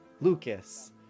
Lucas